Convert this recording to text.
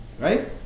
Right